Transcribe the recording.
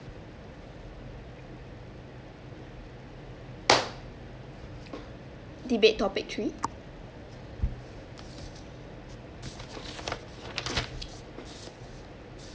debate topic three